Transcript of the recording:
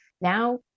Now